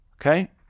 Okay